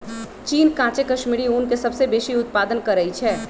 चीन काचे कश्मीरी ऊन के सबसे बेशी उत्पादन करइ छै